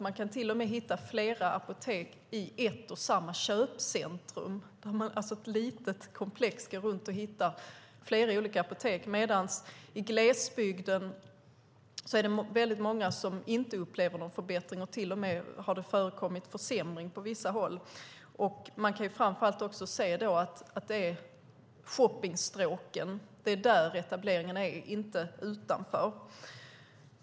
Man kan till och med hitta flera apotek i ett och samma köpcentrum. Man kan i ett litet komplex gå runt och hitta flera olika apotek medan det i glesbygden är väldigt många som inte upplever någon förbättring. Det har till och med på vissa håll förekommit en försämring. Man kan framför allt se att det är i shoppingstråken som etableringarna är och inte utanför.